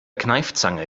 kneifzange